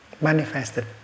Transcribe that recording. manifested